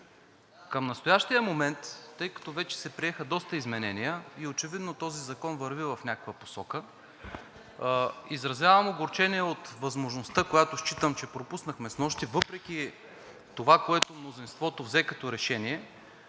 към настоящия момент, тъй като вече се приеха доста изменения и очевидно този закон върви в някаква посока, изразявам огорчение от възможността, която считам, че пропуснахме снощи въпреки това, което мнозинството взе като решение,